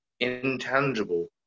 intangible